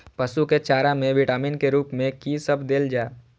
पशु के चारा में विटामिन के रूप में कि सब देल जा?